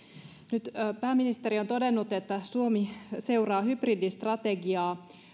nyt pääministeri on todennut että suomi seuraa hybridistrategiaa